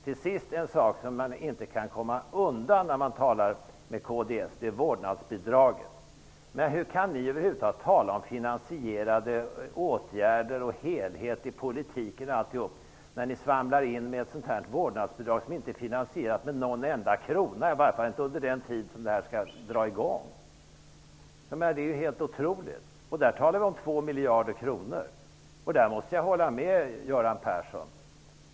När man talar med kds kan man inte komma undan frågan om vårdnadsbidraget. Hur kan ni över huvud taget tala om finansierade åtgärder och helhet i politiken? Ni svamlar om ett vårdnadsbidrag som inte är finansierat med en enda krona, åtminstone inte när det skall dra i gång. Det är helt otroligt. Vi talar om 2 miljarder kronor. I det avseendet måste jag hålla med Göran Persson.